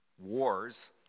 wars